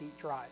drive